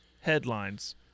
headlines